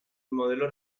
modelo